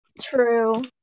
True